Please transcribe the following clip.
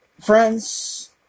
friends